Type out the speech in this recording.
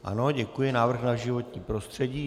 Ano, děkuji, návrh na životní prostředí.